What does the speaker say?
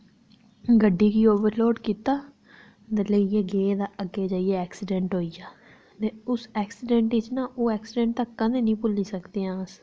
गड्डी गी ओवरलोड़ कीता मतलब की गे तां अग्गें जाइयै एक्सीडैंट होइया ते उस एक्सीडैंट ना ओह् एक्सीडैंट कदें निं भुल्ली सकनी आं